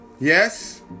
Yes